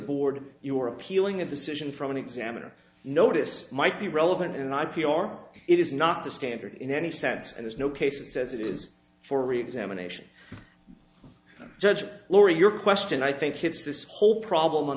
board you are appealing a decision from an examiner notice might be relevant in i p r it is not the standard in any sense and there's no case that says it is for reexamination judge laurie your question i think it's this whole problem on